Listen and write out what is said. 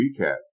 recap